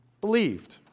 believed